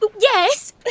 yes